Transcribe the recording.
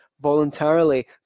voluntarily